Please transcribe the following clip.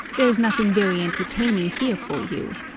there's nothing very entertaining here for you.